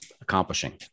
accomplishing